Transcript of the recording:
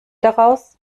daraus